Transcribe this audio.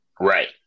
Right